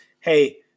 Hey